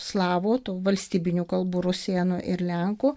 slavų tų valstybinių kalbų rusėnų ir lenkų